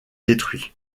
détruit